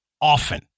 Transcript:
often